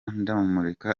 ndamureka